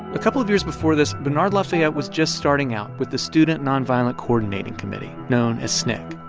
a couple of years before this, bernard lafayette was just starting out with the student nonviolent coordinating committee, known as sncc.